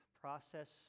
Process